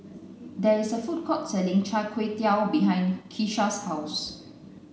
there is a food court selling chai tow kuay behind Keshia's house